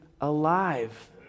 alive